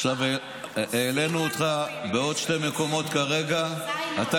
עכשיו העלינו אותך בעוד שני מקומות כרגע --- סימון,